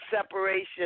separation